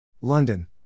London